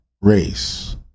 race